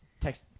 text